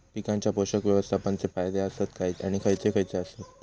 पीकांच्या पोषक व्यवस्थापन चे फायदे आसत काय आणि खैयचे खैयचे आसत?